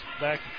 Back